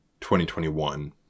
2021